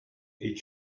est